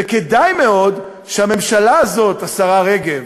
וכדאי מאוד שהממשלה הזאת, השרה רגב,